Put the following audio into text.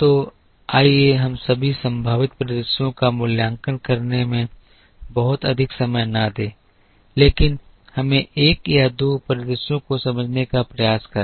तो आइए हम सभी संभावित परिदृश्यों का मूल्यांकन करने में बहुत अधिक समय न दें लेकिन हमें एक या दो परिदृश्यों को समझने का प्रयास करें